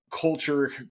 culture